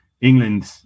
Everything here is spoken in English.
England